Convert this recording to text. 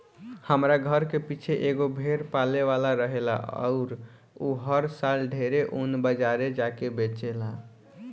हमरा घर के पीछे एगो भेड़ पाले वाला रहेला अउर उ हर साल ढेरे ऊन बाजारे जा के बेचेला